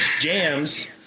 jams